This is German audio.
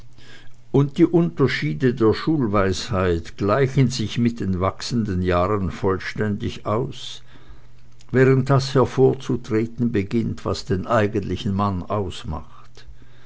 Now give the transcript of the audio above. und die unterschiede der schulweisheit gleichen sich mit den wachsenden jahren vollständig aus während das hervorzutreten beginnt was den eigentlichen mann ausmacht